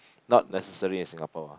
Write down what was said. not necessary in Singapore ah